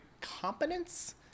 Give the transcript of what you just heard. competence